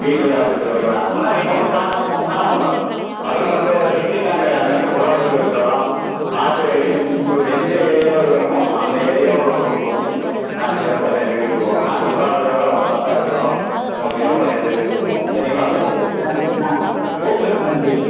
வீட்டில் கலந்து சொல்லுறீங்களா அண்ணா நீங்கள் வந்து பார்க்கோணுங்கன்னா ப அதாவது இப்போ சுற்றி நாங்கள் அங்கங்கே ப்ரோக்கருங்க இருக்கிறோம் பார்த்து ரெடி பண்ணி உங்களுக்கு எந்த ஏரியாவில் வேணுமோ அந்த ஏரியாவில் உங்களுக்கு வந்து நாங்கள் சிறப்பாக செஞ்சிக்கொடுத்துருவோம் நாங்கள் ப்ரோக்கருங்கெல்லாம் ஒன்றாத்தான் இருக்கிறோம் உங்களுக்கு சிறப்பாக செஞ்சிக்கொடுத்துருவோம் சரிங்களா கூப்பிட்டதுக்கு நன்றிங்கண்ணா கூப்பிட்டதுக்கு நன்றிங்க